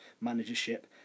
managership